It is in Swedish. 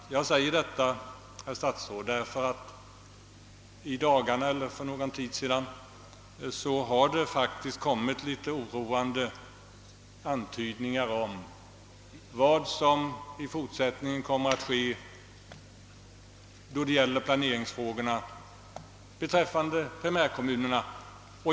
Jag säger detta, herr statsråd, med anledning av att det för någon tid sedan faktiskt har gjorts oroande antydningar om vad som i fortsättningen kommer att ske när det gäller planeringsfrågorna beträffande primärkommunerna.